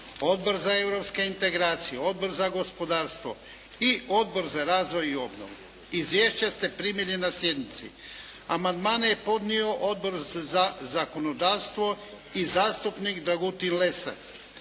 Odbor za europske integracije, Odbor za gospodarstvo i Odbor za razvoj i obnovu. Izvješća ste primili na sjednici. Amandmane je podnio Odbor za zakonodavstvo i zastupnik Dragutin Lesar.